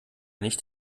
nicht